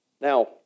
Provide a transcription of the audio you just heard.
Now